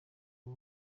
ubu